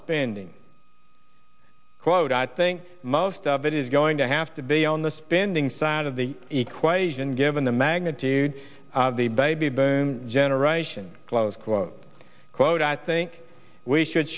spending quote i think most of it is going to have to be on the spending side of the equation given the magnitude of the baby boom generation close quote i think we should